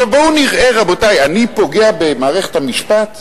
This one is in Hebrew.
בואו נראה, רבותי, אני פוגע במערכת המשפט?